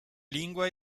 lingua